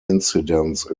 incidence